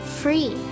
free